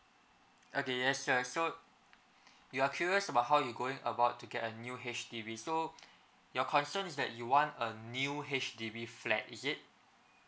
okay yes sir so you are curious about how you going about to get a new H_D_B so your concern is that you want a new H_D_B flat is it